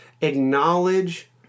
acknowledge